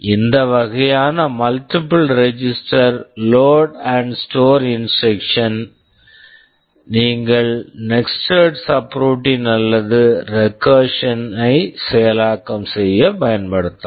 இந்த வகையான multiple register load and store instruction multiple register load and store instruction களை நீங்கள் நெஸ்டேட் சப்ரூட்டீன் nested subroutine அல்லது recursion recursion ஐ செயலாக்கம் செய்யப் பயன்படுத்தலாம்